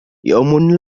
يوم